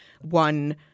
one